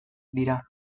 dira